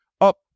up